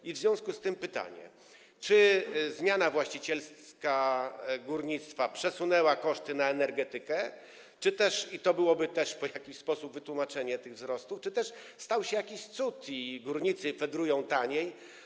I w związku z tym pytanie: Czy zmiana właścicielska górnictwa przesunęła koszty na energetykę, czy też - i to byłoby też w jakiś sposób wytłumaczeniem dla tych wzrostów - stał się jakiś cud i górnicy fedrują taniej?